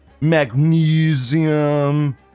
magnesium